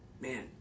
Man